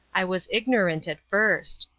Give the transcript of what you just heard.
i was ignorant at first.